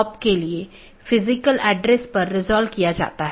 बस एक स्लाइड में ऑटॉनमस सिस्टम को देख लेते हैं